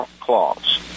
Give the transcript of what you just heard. clause